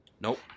Nope